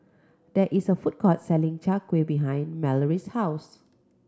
there is a food court selling Chai Kuih behind Malorie's house